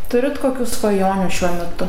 turit kokių svajonių šiuo metu